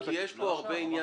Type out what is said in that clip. כי יש פה הרבה עניין